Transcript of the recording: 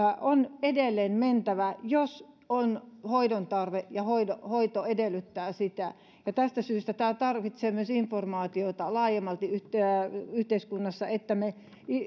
on edelleen mentävä jos on hoidon tarve ja hoito edellyttää sitä tästä syystä tämä tarvitsee myös informaatiota laajemmalti yhteiskunnassa että me